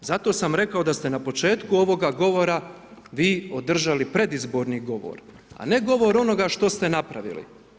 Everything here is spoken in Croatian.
Zato sam rekao da ste na početku ovoga govora vi održali predizborni govor a ne govor onoga što ste napravili.